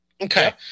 Okay